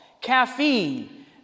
caffeine